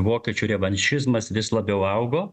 vokiečių revanšizmas vis labiau augo